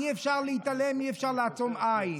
אי-אפשר להתעלם, אי-אפשר לעצום עין.